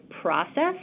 process